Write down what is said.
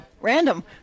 Random